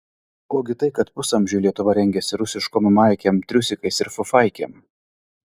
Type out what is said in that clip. ogi tai kad pusamžį lietuva rengėsi rusiškom maikėm triusikais ir fufaikėm